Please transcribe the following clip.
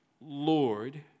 Lord